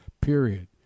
period